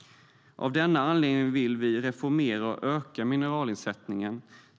Av denna anledning vill vi reformera och öka mineralersättningen.